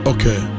Okay